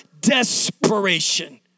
desperation